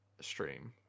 stream